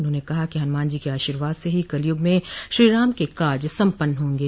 उन्होंने कहा कि हनुमानजी के आर्शीवाद से ही कलयुग में श्रीराम के काज सम्पन्न होंगे